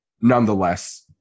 nonetheless